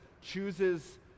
chooses